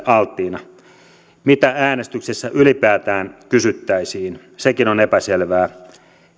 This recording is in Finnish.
alttiina mitä äänestyksessä ylipäätään kysyttäisiin sekin on epäselvää